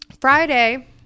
Friday